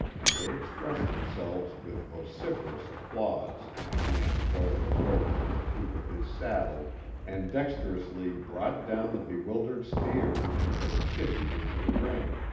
and they expressed themselves with vociferous applause when he uncoiled a rope from the peak of his saddle and dexterously brought down the bewildered steer which had been chivvied into the ring.